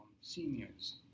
seniors